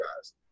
guys